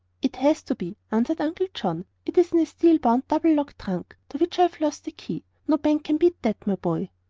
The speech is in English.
it has to be, answered uncle john. it is in a steel-bound, double-locked trunk, to which i've lost the key. no bank can beat that, my boy.